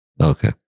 Okay